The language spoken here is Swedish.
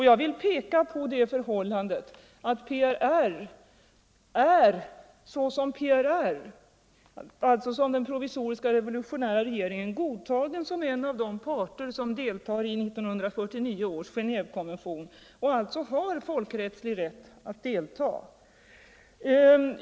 Jag vill peka på det förhållandet att PRR, såsom provisorisk revolutionär regering, är godtagen som en av de parter som deltar i 1949 års Genévekonvention och alltså har folkrättslig rätt att delta.